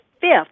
fifth